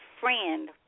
friend